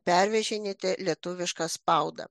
pervežinėti lietuvišką spaudą